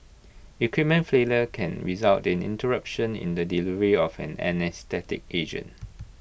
equipment failure can result in interruption in the delivery of the anaesthetic agent